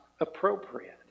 appropriate